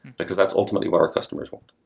because that's ultimately what our customers want.